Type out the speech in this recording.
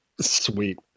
Sweet